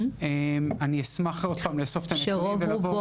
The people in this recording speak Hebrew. אשמח לאסוף את הנתונים המדויקים.